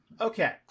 Okay